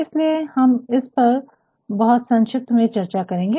इसीलिए हम इस पर बहुत संक्षिप्त में चर्चा करेंगे